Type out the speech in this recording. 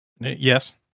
Yes